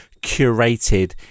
curated